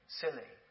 silly